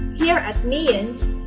here at miyens,